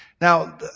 Now